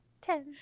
Ten